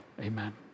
Amen